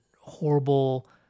horrible